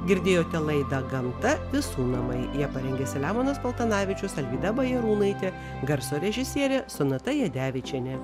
girdėjote laidą gamta visų namai ją parengė selemonas paltanavičius alvyda bajarūnaitė garso režisierė sonata jadevičienė